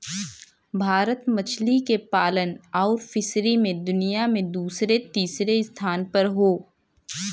भारत मछली के पालन आउर फ़िशरी मे दुनिया मे दूसरे तीसरे स्थान पर हौ